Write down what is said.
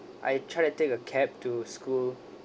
I tried to take a cab to school